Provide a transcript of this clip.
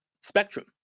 spectrum